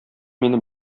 мине